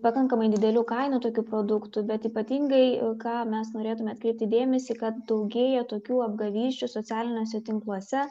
pakankamai didelių kainų tokių produktų bet ypatingai ką mes norėtume atkreipti dėmesį kad daugėja tokių apgavysčių socialiniuose tinkluose